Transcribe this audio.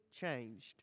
changed